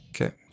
Okay